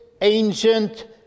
ancient